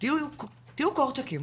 תהיו "קורצ'קים",